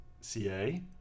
CA